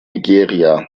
nigeria